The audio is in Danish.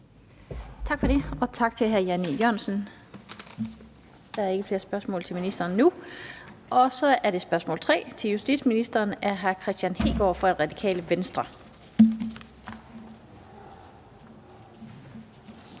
Tak for det, og tak til hr. Jan E. Jørgensen. Der er ikke flere spørgsmål i denne runde. Så er det spørgsmål nr. 3 til justitsministeren af hr. Kristian Hegaard fra Radikale Venstre.